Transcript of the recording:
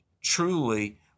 truly